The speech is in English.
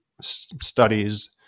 studies